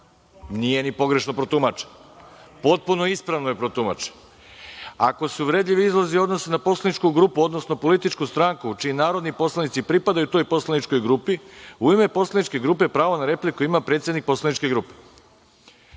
Nije ni pogrešno protumačeno, potpuno ispravno je protumačeno. Ako se uvredljivi izrazi odnose na poslaničku grupu, odnosno političku stranku čiji narodni poslanici pripadaju toj poslaničkoj grupi, u ime poslaničke grupe pravo na repliku ima predsednik poslaničke grupe.